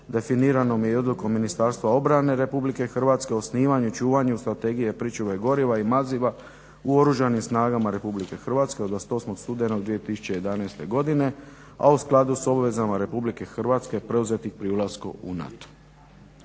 definirano je i odlukom Ministarstva obrane Republike Hrvatske o osnivanju, čuvanju Strategije pričuva goriva i maziva u Oružanim snagama Republike Hrvatske od 28. studenog 2011. godine, a u skladu s obvezama Republike Hrvatske preuzetih pri ulasku u NATO.